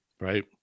Right